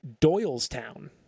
Doylestown